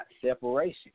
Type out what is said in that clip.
separation